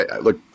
look